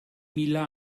mila